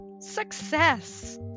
Success